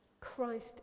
Christ